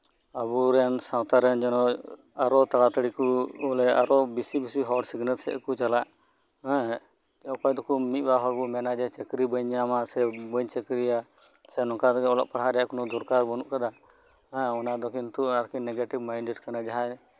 ᱟᱵᱚᱨᱮᱱ ᱥᱟᱶᱛᱟᱨᱮᱱ ᱡᱮᱱᱚ ᱟᱨᱚ ᱥᱟᱲᱟᱛᱟᱲᱤ ᱠᱚ ᱵᱚᱞᱮ ᱟᱨᱚ ᱛᱟᱲᱟᱛᱟᱲᱤ ᱵᱮᱥᱤ ᱵᱮᱥᱤ ᱦᱚᱲ ᱥᱤᱠᱷᱱᱟᱹᱛ ᱥᱮᱫ ᱠᱚ ᱪᱟᱞᱟᱜ ᱦᱮᱸ ᱚᱠᱚᱭ ᱫᱚᱠᱚ ᱢᱤᱫ ᱵᱟᱨ ᱦᱚᱲ ᱵᱚᱱ ᱢᱮᱱᱟ ᱡᱮ ᱪᱟᱹᱠᱨᱤ ᱵᱟᱹᱧ ᱧᱟᱢᱟ ᱥᱮ ᱥᱮ ᱵᱟᱹᱧ ᱪᱟᱹᱠᱨᱤᱭᱟ ᱥᱮ ᱱᱚᱝᱠᱟ ᱛᱮᱫᱚ ᱚᱞᱚᱜ ᱯᱟᱲᱦᱟᱜ ᱨᱮᱭᱟᱜ ᱫᱚᱨᱠᱟᱨ ᱵᱟᱹᱱᱩᱜ ᱟᱠᱟᱫᱟ ᱚᱱᱟ ᱫᱚ ᱠᱤᱱᱛᱩ ᱱᱮᱜᱮᱴᱤᱵᱷ ᱢᱟᱭᱤᱱᱴᱮᱰ ᱠᱟᱱᱟ